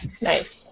Nice